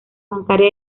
bancaria